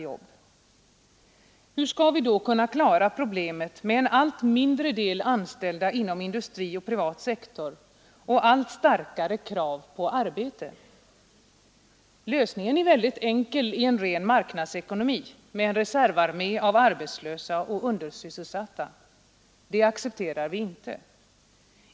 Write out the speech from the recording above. Hur skall vi då kunna klara problemet med en allt mindre del anställda inom industri och privat sektor och allt starkare krav på arbete? Lösningen är mycket enkel i en ren marknadsekonomi med en reservarmé av arbetslösa och undersysselsatta. Det accepterar vi inte.